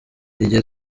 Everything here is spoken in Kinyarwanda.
igihe